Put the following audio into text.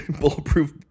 bulletproof